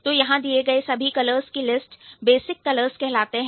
तो यहां दिए गए सभी कलर्स की लिस्ट बेसिक कलर्स कहलाते हैं